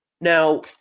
Now